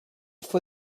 for